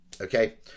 okay